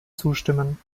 zustimmen